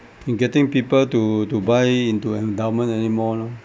in getting people to to buy into endowment anymore lor